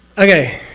okay?